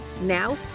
Now